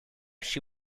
she